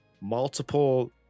multiple